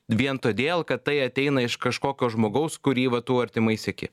vien todėl kad tai ateina iš kažkokio žmogaus kurį va tu artimai seki